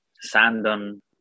Sandon